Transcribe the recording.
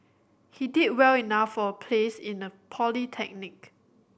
he did well enough for a place in a polytechnic